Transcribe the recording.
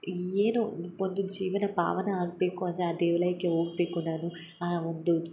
ಏನೋ ಒಂದು ಜೀವನ ಪಾವನ ಆಗಬೇಕು ಅಂದರೆ ಆ ದೇವಾಲಯಕ್ಕೆ ಹೋಗ್ಬೇಕು ನಾನು ಆ ಒಂದು